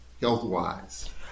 health-wise